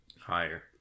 Higher